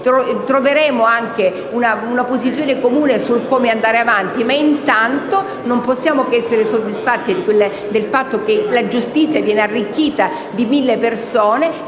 troveremo una posizione comune su come andare avanti, ma intanto non possiamo che essere soddisfatti del fatto che la giustizia venga arricchita di mille persone